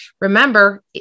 Remember